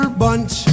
bunch